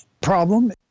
problem